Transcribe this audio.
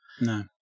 No